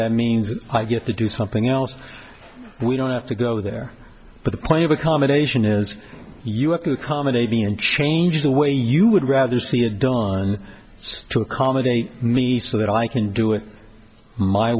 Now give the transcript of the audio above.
that means that i get to do something else we don't have to go there but the point of accommodation is you have to accommodate me and change the way you would rather see it done to accommodate me so that i can do it my